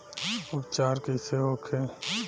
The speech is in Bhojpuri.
उपचार कईसे होखे?